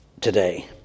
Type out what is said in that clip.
today